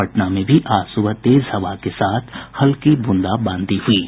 पटना में भी आज सुबह तेज हवा के साथ हल्की ब्रंदाबांदी हुई है